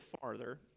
farther